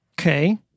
Okay